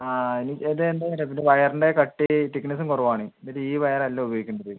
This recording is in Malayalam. ആ അതിന് ഇത് വയറിൻ്റെ കട്ടി ഈ തിക്ക്നെസ്സും കുറവാണ് ഇതില് ഈ വയർ അല്ല ഉപയോഗിക്കണ്ടത്